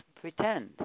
pretend